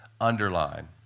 underline